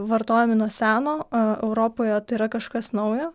vartojami nuo seno europoje tai yra kažkas naujo